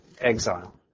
exile